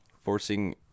forcing